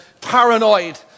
paranoid